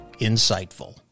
Insightful